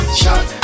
shot